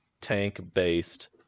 tank-based